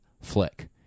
Flick